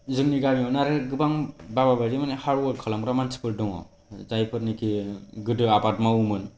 जोंनि गामिआवनो आरो गोबां बाबा बायदि माने हार्द वर्क खालामग्रा मानसिफोर दङ' जायफोरनाखि गोदो आबाद मावोमोन